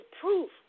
proof